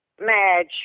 Madge